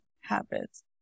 habits